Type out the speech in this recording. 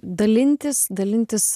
dalintis dalintis